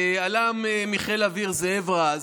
אל"מ מחיל האוויר, זאב רז,